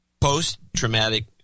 post-traumatic